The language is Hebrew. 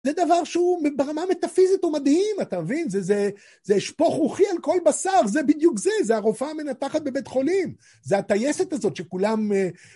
זה דבר שהוא ברמה מטאפיזית הוא מדהים, אתה מבין? זה אשפוך רוחי על כל בשר, זה בדיוק זה, זה הרופאה המנתחת בבית חולים, זה הטייסת הזאת שכולם...